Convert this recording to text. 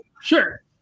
Sure